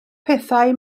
pethau